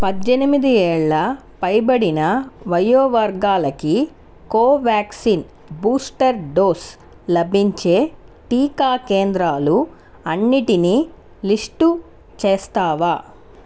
పద్దెనిమిది ఏళ్ల పైబడిన వయో వర్గాలకి కోవ్యాక్సిన్ బూస్టర్ డోస్ లభించే టికా కేంద్రాలు అన్నిటినీ లిస్టు చేస్తావా